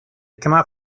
cannot